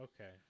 okay